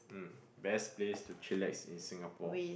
best place to chillax in Singapore